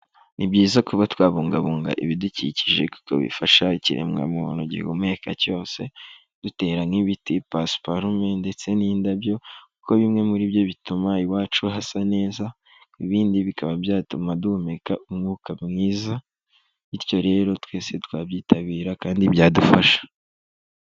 Ni byiza kuba twabungabunga ibidukikije kuko bifasha ikiremwamuntu gihumeka cyose dutera nk'ibiti, pasiparume ndetse n'indabyo, kuko bimwe muri byo bituma iwacu hasa neza, ibindi bikaba byatuma duhumeka umwuka mwiza, bityo rero twese twabyitabira kandi byadufasha.